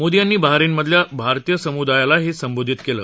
मोदी यांनी बहारीनमधल्या भारतीय समुदायालाही संबोधित केलं